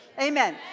Amen